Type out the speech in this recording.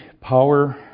power